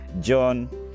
John